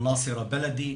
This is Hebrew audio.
'אלנאצר אלבלדי',